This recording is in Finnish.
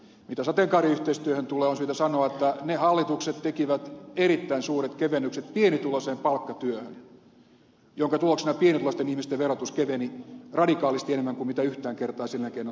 mitä sateenkaariyhteistyöhön tulee on syytä sanoa että ne hallitukset tekivät erittäin suuret kevennykset pienituloisen palkkatyöhön minkä tuloksena pienituloisten ihmisten verotus keveni radikaalisti enemmän kuin mitä yhtään kertaan sen jälkeen on tapahtunut